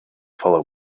follow